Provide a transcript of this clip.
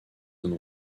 zones